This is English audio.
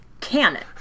canon